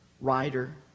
writer